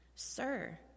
Sir